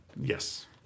Yes